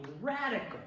radical